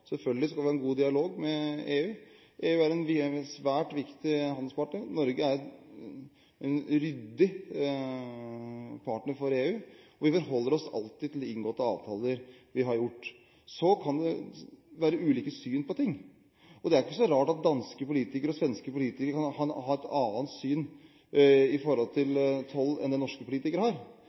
Selvfølgelig skal vi ha en god dialog med EU. EU er en svært viktig handelspartner. Norge er en ryddig partner for EU, og vi forholder oss alltid til de avtalene vi har inngått. Så kan det være ulike syn på ting, og det er ikke så rart at danske og svenske politikere kan ha et annet syn på toll enn det norske politikere har.